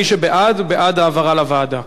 מי שבעד, בעד העברה לוועדה.